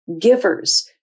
givers